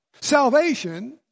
Salvation